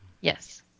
Yes